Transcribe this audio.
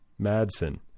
Madsen